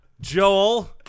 Joel